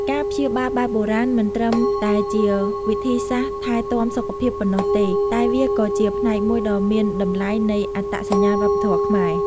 ការព្យាបាលបែបបុរាណមិនត្រឹមតែជាវិធីសាស្ត្រថែទាំសុខភាពប៉ុណ្ណោះទេ តែវាក៏ជាផ្នែកមួយដ៏មានតម្លៃនៃអត្តសញ្ញាណវប្បធម៌ខ្មែរ។